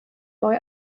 neu